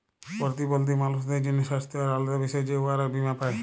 পরতিবল্ধী মালুসদের জ্যনহে স্বাস্থ্য আর আলেদা বিষয়ে যে উয়ারা বীমা পায়